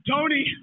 Tony